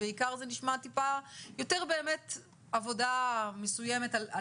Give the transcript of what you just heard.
בעיקר זה נשמע יותר עבודה מסוימת על